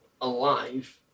alive